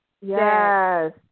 Yes